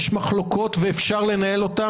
יש מחלוקות ואפשר לנהל אותן,